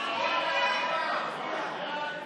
יהודה והשומרון,